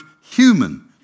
human